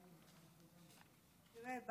תראה,